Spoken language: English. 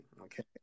Okay